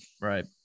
right